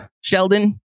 Sheldon